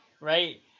right